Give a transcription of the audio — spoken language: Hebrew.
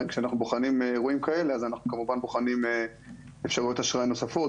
כשאנחנו בוחנים אירועים כאלה אז אנחנו בוחנים אפשרויות אשראי נוספות,